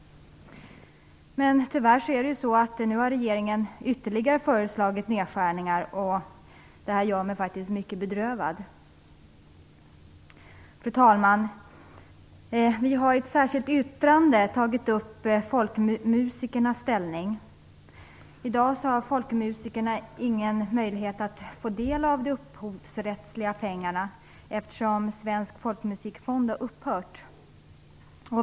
Men tyvärr har regeringen föreslagit ytterligare nedskärningar, vilket gör mig mycket bedrövad. Fru talman! Vi har i ett särskilt yttrande tagit upp folkmusikernas ställning. I dag har folkmusikerna ingen möjlighet att få del av de upphovsrättsliga pengarna, eftersom Svensk folkmusikfond har upphört.